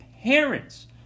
parents